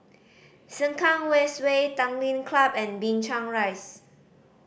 Sengkang West Way Tanglin Club and Binchang Rise